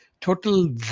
total